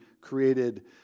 created